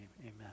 amen